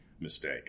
Mistake